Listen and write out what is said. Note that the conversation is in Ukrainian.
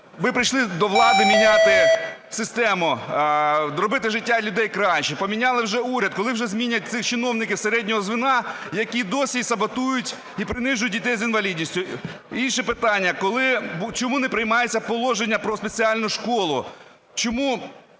Ви прийшли до влади міняти систему, робити життя людей кращим. Поміняли вже уряд. Коли вже змінять цих чиновників середнього звена, які досі саботують і принижують дітей з інвалідністю? Інше питання. Чому не приймається положення про спеціальну школу? Чому